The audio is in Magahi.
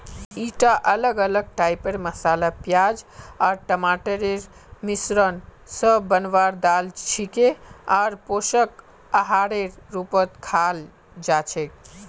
ईटा अलग अलग टाइपेर मसाला प्याज आर टमाटरेर मिश्रण स बनवार दाल छिके आर पोषक आहारेर रूपत खाल जा छेक